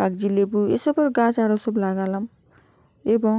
কাগজি লেবু এসবের গাছ আরো সব লাগালাম এবং